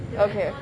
okay